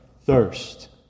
thirst